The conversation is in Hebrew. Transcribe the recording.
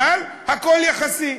אבל הכול יחסי.